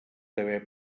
haver